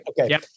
Okay